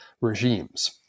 regimes